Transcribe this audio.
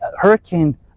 hurricane